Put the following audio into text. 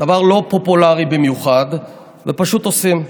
דבר לא פופולרי במיוחד, ופשוט עושים.